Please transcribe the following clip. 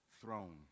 throne